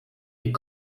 est